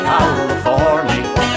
California